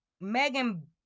Megan